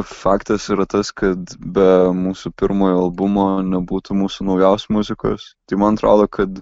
faktas yra tas kad be mūsų pirmojo albumo nebūtų mūsų naujausios muzikos tai man atrodo kad